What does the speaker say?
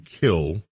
kill